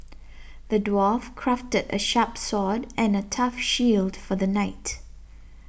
the dwarf crafted a sharp sword and a tough shield for the knight